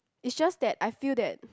it's just that I feel that